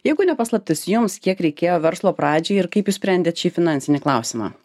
jeigu ne paslaptis jums kiek reikėjo verslo pradžiai ir kaip išsprendėt šį finansinį klausimą